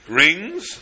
rings